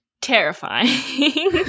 Terrifying